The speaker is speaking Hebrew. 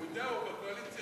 הוא יודע, הוא בקואליציה.